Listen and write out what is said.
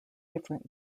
different